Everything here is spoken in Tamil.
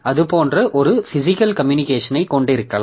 அது போன்ற ஒரு பிசிக்கல் கம்யூனிகேஷனை கொண்டிருக்கலாம்